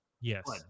Yes